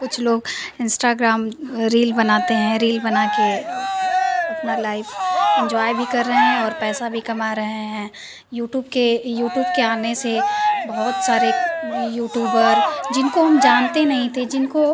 कुछ लोग Instagram reel बनाते हैं रील बनाकर अपनी लाइफ़ एन्जॉय भी कर रहे हैं और पैसा भी कमा रहे हैं यूट्यूब के यूट्यूब के आने से बहुत सारे यूट्यूबर जिनको हम जानते नहीं थे जिनको